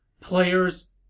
players